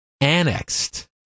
annexed